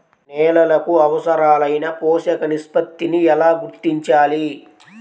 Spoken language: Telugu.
నేలలకు అవసరాలైన పోషక నిష్పత్తిని ఎలా గుర్తించాలి?